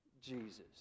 jesus